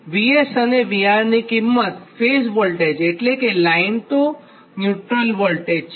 VS અને VR ની કિંમત ફેઝ વોલ્ટેજ એટલે કે લાઇન ટુ ન્યુટ્રલ વોલ્ટેજ છે